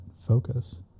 focus